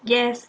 yes